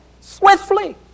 Swiftly